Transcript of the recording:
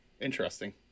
interesting